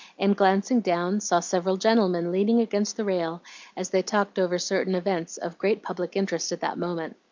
and, glancing down, saw several gentlemen leaning against the rail as they talked over certain events of great public interest at that moment.